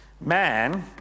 Man